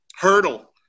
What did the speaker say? hurdle